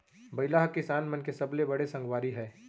बइला ह किसान मन के सबले बड़े संगवारी हय